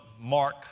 Mark